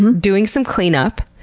and doing some cleanup,